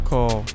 Call